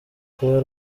kuba